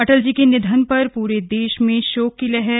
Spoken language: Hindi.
अटल जी के निधन पर पूरे दे में शोक की लहर